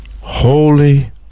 Holy